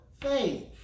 faith